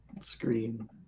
Screen